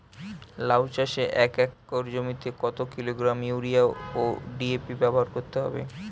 লাউ চাষে এক একর জমিতে কত কিলোগ্রাম ইউরিয়া ও ডি.এ.পি ব্যবহার করতে হবে?